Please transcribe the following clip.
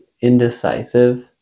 indecisive